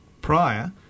prior